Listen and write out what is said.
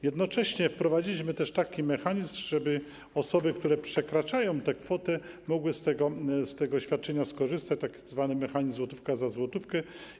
Jednocześnie wprowadziliśmy mechanizm, żeby osoby, które przekraczają tę kwotę, mogły z tego świadczenia skorzystać, tzw. mechanizm złotówka za złotówkę.